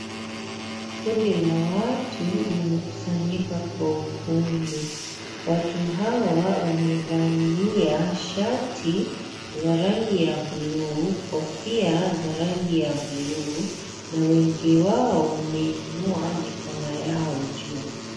Kundi la watu limekusanyika kwa ukumbi. Watu hawa wamevalia shati za rangi ya blue kofia za rangi ya blue na wengi wao wameinua mikono yao juu.